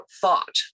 thought